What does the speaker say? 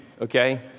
okay